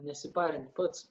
nesiparint pats